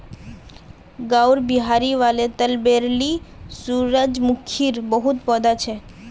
गांउर बहिरी वाले तलबेर ली सूरजमुखीर बहुत पौधा छ